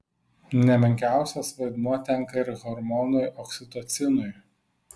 ne menkiausias vaidmuo tenka ir hormonui oksitocinui